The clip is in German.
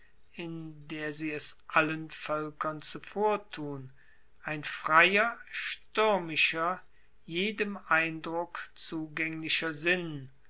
in der sie es allen voelkern zuvortun ein freier stuermischer jedem eindruck zugaenglicher sinn